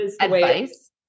advice